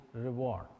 reward